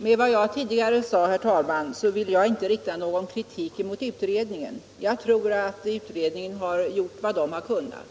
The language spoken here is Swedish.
Herr talman! Med vad jag tidigare sade ville jag inte rikta någon kritik mot utredningen. Jag tror att utredningen har gjort vad den kunnat.